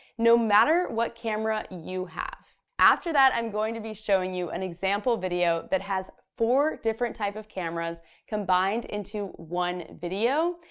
no matter what camera you have. after that, i'm going to be showing you an example video that has four different type of cameras combined into one video.